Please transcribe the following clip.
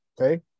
Okay